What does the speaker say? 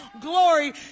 glory